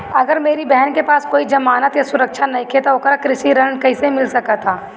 अगर मेरी बहन के पास कोई जमानत या सुरक्षा नईखे त ओकरा कृषि ऋण कईसे मिल सकता?